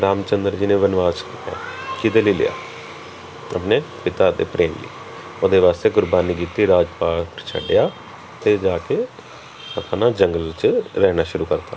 ਰਾਮ ਚੰਦਰ ਜੀ ਨੇ ਬਨਵਾਸ ਕੀਤਾ ਕਿਹਦੇ ਲਈ ਲਿਆ ਆਪਣੇ ਪਿਤਾ ਦੇ ਪ੍ਰੇਮ ਲਈ ਉਹਦੇ ਵਾਸਤੇ ਕੁਰਬਾਨੀ ਦਿੱਤੀ ਰਾਜਭਾਗ ਛੱਡਿਆ ਅਤੇ ਜਾ ਕੇ ਆਪਣਾ ਜੰਗਲ 'ਚ ਰਹਿਣਾ ਸ਼ੁਰੂ ਕਰਤਾ